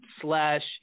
slash